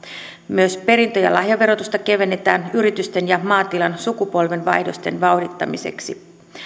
myös perintö ja lahjaverotusta kevennetään yritysten ja maatilojen sukupolvenvaihdosten vauhdittamiseksi